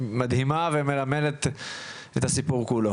מדהימה ומלמדת את הסיפור כולו.